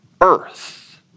earth